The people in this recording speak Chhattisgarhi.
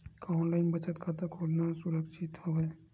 का ऑनलाइन बचत खाता खोला सुरक्षित हवय?